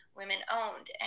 women-owned